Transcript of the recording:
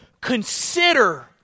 consider